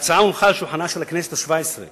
ההצעה הונחה על שולחנה של הכנסת השבע-עשרה